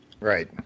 Right